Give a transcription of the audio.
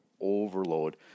overload